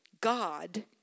God